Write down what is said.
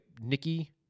Nikki